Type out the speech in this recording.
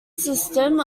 system